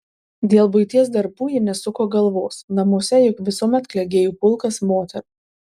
dėl buities darbų ji nesuko galvos namuose juk visuomet klegėjo pulkas moterų